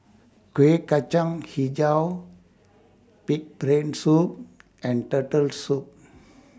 Kueh Kacang Hijau Pig'S Brain Soup and Turtle Soup